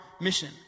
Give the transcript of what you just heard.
mission